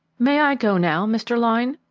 may i go now, mr. lyne?